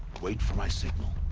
wait for my signal.